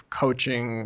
coaching